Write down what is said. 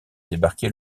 débarquer